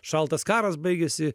šaltas karas baigėsi